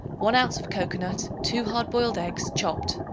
one ounce of cocoanut, two hard-boiled eggs chopped.